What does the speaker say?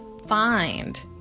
Find